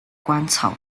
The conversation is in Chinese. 鹅观草